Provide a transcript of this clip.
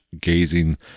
gazing